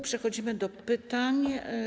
Przechodzimy do pytań.